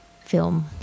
film